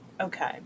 Okay